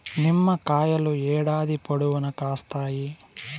నిమ్మకాయలు ఏడాది పొడవునా కాస్తాయి